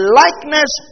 likeness